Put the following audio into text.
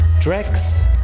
tracks